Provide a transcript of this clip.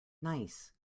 nice